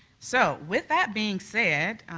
so with that being said,